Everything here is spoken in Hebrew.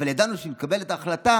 אבל ידענו שאם מתקבלת החלטה,